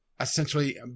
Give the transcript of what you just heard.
essentially